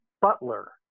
Butler